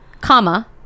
Comma